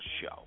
show